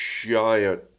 giant